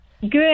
Good